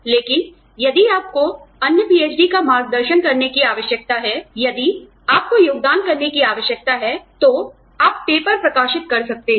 लेकिन यदि आपको अन्य पीएचडी का मार्गदर्शन करने की आवश्यकता है यदि आपको योगदान करने की आवश्यकता है तो आप पेपर प्रकाशित कर सकते हैं